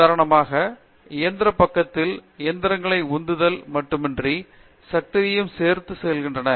உதாரணமாக இயந்திரப் பக்கத்தில் இயந்திரங்களை உந்துதல் மட்டுமின்றி சக்தியையும் சேர்த்துச் செல்கின்றன